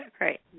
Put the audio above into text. right